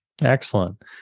Excellent